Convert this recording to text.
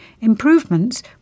Improvements